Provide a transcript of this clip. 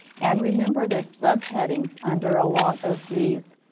and remember there are subheadings under a lot of these